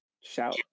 shout